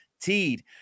teed